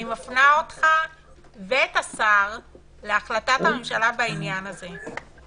אני מפנה אותך ואת השר להחלטת הממשלה בעניין הזה.